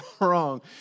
wrong